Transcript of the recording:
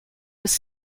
was